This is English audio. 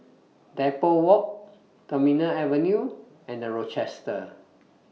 Depot Walk Terminal Avenue and The Rochester